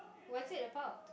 what's it about